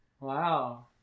Wow